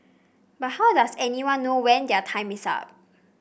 but how does anybody know when their time is up